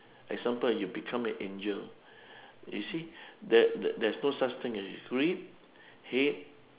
example you become an angel you see there there is no such thing as greed hate